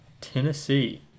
Tennessee